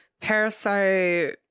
Parasite